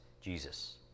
Jesus